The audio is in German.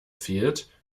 fehlt